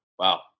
Wow